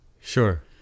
Sure